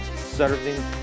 serving